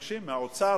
מבקשים מהאוצר,